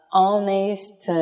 honest